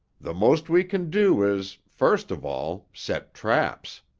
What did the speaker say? the most we can do is, first of all, set traps.